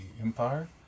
Empire